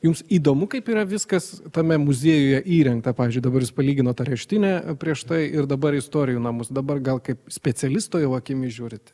jums įdomu kaip yra viskas tame muziejuje įrengta pavyzdžiui dabar jūs palyginot areštinę prieš tai ir dabar istorijų namus dabar gal kaip specialisto jau akimis žiūrint